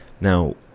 now